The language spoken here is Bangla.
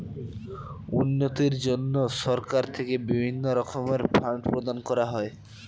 উন্নতির জন্য সরকার থেকে বিভিন্ন রকমের ফান্ড প্রদান করা হয়